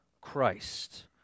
Christ